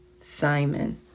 Simon